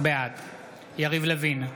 בעד יריב לוין,